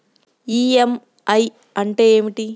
EMI అంటే ఏమిటి?